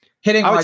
Hitting